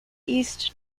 east